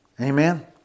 Amen